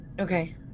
Okay